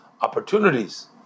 opportunities